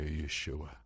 Yeshua